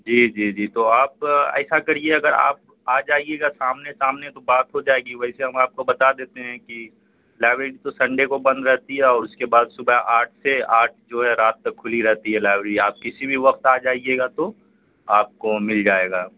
جی جی جی تو آپ ایسا کریے اگر آپ آ جائیے گا سامنے سامنے تو بات ہو جائے گی ویسے ہم آپ کو بتا دیتے ہیں کہ لائبریری تو سنڈے کو تو بند رہتی ہے اور اس کے بعد صبح آٹھ سے آٹھ جو ہے رات تک کھلی رہتی ہے لائبریری آپ کسی بھی وقت آ جائیے گا تو آپ کو مل جائے گا